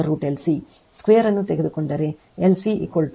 2 ಅನ್ನು ತೆಗೆದುಕೊಂಡರೆ LC 1ω02 ಆಗಿರುತ್ತದೆ